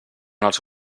els